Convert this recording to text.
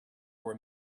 were